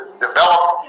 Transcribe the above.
develop